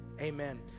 amen